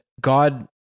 God